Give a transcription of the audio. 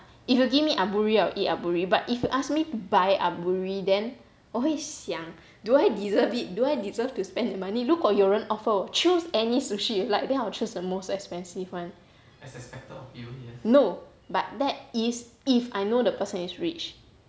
不是这样讲啦 if you give me aburi I will eat aburi but if you ask me to buy aburi then 我会想 do I deserve it do I deserve to spend the money 如果有人 offer choose any sushi like then I will choose the most expensive [one] no that is if I know the person is rich